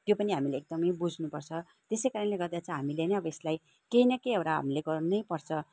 यो पनि हामीले एकदमै बुझ्नुपर्छ त्यसैकारणले गर्दा चाहिँ हामीले नै अब यसलाई केही न केही एउटा हामीले गर्नैपर्छ